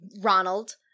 Ronald